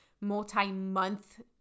multi-month